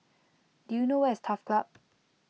do you know where is Turf Club